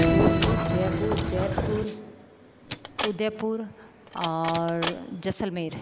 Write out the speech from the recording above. जोधपुर जयपुर जैतपुर उदयपुर और जैसलमेर